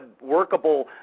workable